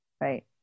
right